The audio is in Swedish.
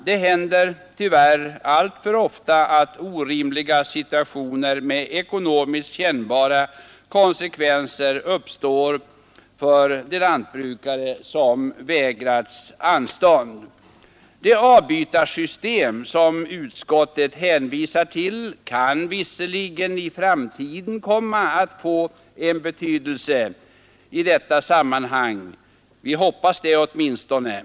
Det händer tyvärr alltför ofta att orimliga situationer med ekonomiskt kännbara konsekvenser uppstår för de lantbrukare som vägras anstånd. Det avbytarsystem som utskottet hänvisar till kan visserligen i framtiden komma att få en betydelse i detta sammanhang; det hoppas vi åtminstone.